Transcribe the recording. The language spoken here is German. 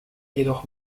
jedoch